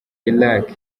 irak